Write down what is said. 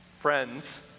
friends